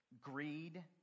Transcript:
greed